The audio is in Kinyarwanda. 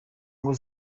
ngo